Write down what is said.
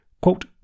quote